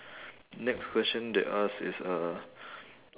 next question they ask is uh